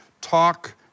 Talk